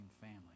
family